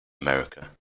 america